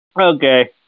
Okay